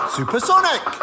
Supersonic